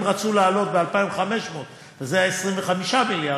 אם רצו להעלות ב-2,500 וזה היה 25 מיליארד,